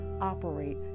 operate